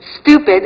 stupid